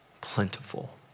plentiful